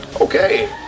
Okay